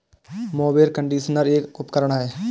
mower conditioner एक उपकरण है